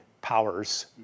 powers